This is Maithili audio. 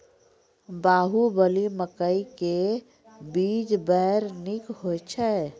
बाहुबली मकई के बीज बैर निक होई छै